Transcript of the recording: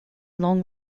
long